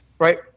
Right